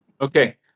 Okay